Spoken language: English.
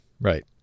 right